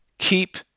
keep